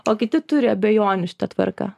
o kiti turi abejonių šita tvarka